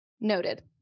Noted